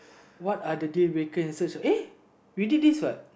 what are the uh we did this what